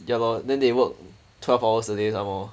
ya lor then they work twelve hours a day somemore